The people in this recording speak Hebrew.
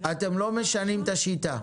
אתם לא משנים את השיטה.